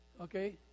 Okay